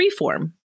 Freeform